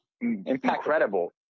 incredible